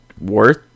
worth